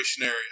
area